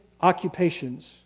occupations